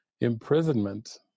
imprisonment